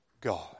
God